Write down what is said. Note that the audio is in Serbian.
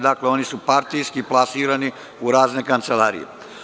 Dakle, oni su partijski klasirani u razne kancelarije.